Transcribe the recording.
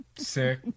Sick